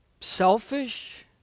selfish